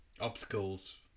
obstacles